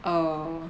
err